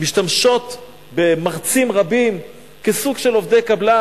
משתמשות במרצים רבים כסוג של עובדי קבלן.